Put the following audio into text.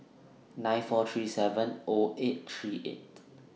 nine four three seven O eight three eight